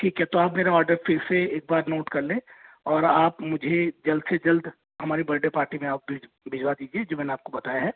ठीक है तो आप मेरा ऑर्डर फिर से एक बार नोट कर लें और आप मुझे जल्द से जल्द हमारे बर्थडे पार्टी में आप भेज भेजवा दीजिए जो मैंने आपको बताया है